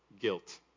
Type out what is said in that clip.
Guilt